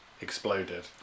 exploded